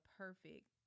perfect